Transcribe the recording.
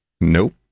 Nope